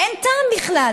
אין בזה טעם בכלל.